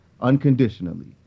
unconditionally